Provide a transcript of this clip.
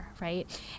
right